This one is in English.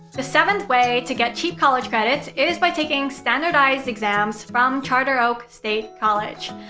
the seventh way to get cheap college credits is by taking standardized exams from charter oak state college.